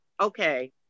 okay